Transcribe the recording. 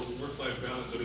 work life balance?